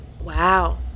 Wow